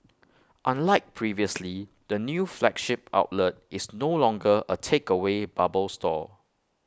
unlike previously the new flagship outlet is no longer A takeaway bubble store